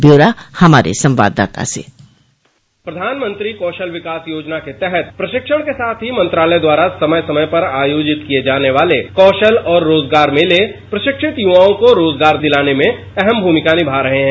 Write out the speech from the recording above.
ब्यौरा हमारे संवाददाता से प्रधानमंत्री कौशल विकास योजना के तहत प्रशिक्षण के साथ ही मंत्रालय द्वारा समय समय पर आयोजित किए जाने वाले कौशल और रोजगार मेले प्रशिक्षित युवाओं को रोजगार दिलाने में अहम भूमिका निभा रहे हैं